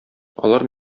алар